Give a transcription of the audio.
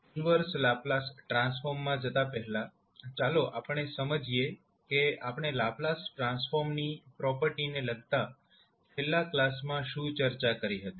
inverse Laplace ટ્રાન્સફોર્મમાં જતા પહેલા ચાલો આપણે સમજીએ કે આપણે લાપ્લાસ ટ્રાન્સફોર્મની પ્રોપર્ટીઝને લગતા છેલ્લા કલાસમાં શું ચર્ચા કરી હતી